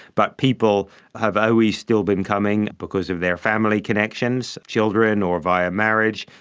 but people have always still been coming because of their family connections, children or via marriage.